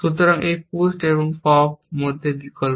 সুতরাং এটি পুসড এবং পপ মধ্যে বিকল্প